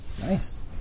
Nice